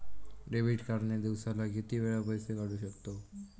Debit card ने दिवसाला किती वेळा पैसे काढू शकतव?